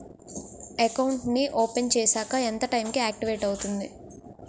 Account నీ open చేశాక ఎంత టైం కి ఆక్టివేట్ అవుతుంది?